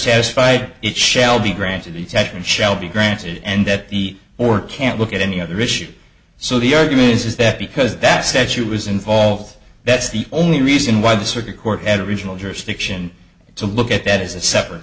satisfied it shall be granted the second shall be granted and that eat or can't look at any other issue so the argument is that because that statute was involved that's the only reason why the circuit court at a regional jurisdiction to look at that as a separate